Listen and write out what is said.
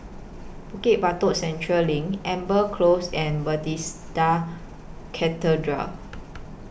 Bukit Batok Central LINK Amber Close and Bethesda Cathedral